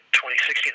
2016